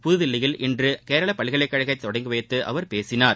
புதுதில்லியில் இன்று கேரள பல்கலைக்கழகத்தை தொடங்கி வைத்து அவர் பேசினார்